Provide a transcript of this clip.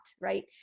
right